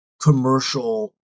commercial